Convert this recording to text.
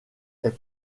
est